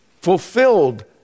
fulfilled